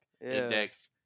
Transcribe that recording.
index